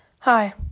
Hi